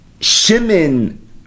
Shimon